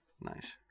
Nice